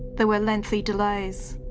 there were lengthy delays.